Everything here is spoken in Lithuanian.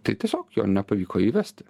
tai tiesiog jo nepavyko įvesti